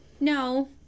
No